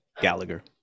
Gallagher